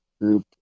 group